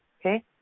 Okay